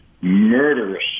murderous